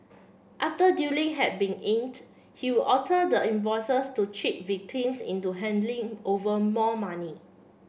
after dealing had been inked he would alter the invoices to cheat victims into handing over more money